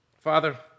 Father